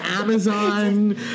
Amazon